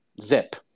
Zip